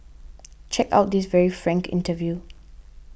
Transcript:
check out this very frank interview